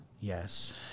Yes